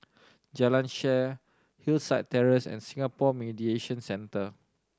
Jalan Shaer Hillside Terrace and Singapore Mediation Centre